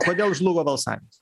kodėl žlugo balsavimas